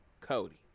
Cody